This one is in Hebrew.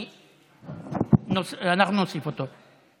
אנחנו נוסיף אותו.